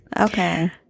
Okay